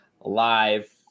live